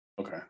Okay